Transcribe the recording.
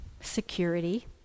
security